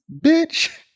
bitch